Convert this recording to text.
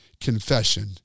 confession